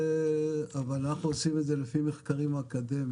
אני מבקש --- אבל אנחנו את זה לפי מחקרים אקדמיים,